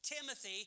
Timothy